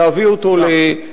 ולהביא אותו למיצוי,